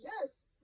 yes